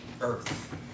earth